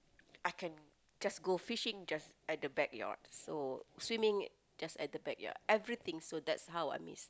I can just go fishing just at the backyard so swimming just at the backyard everything so that's how I miss